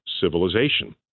civilization